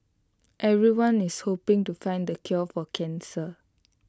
everyone is hoping to find the cure for cancer